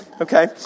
Okay